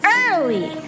early